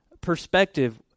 perspective